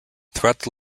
throughout